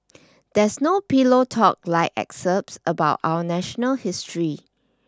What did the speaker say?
there is no pillow talk like excerpts about our national history